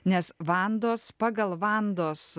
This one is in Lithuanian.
nes vandos pagal vandos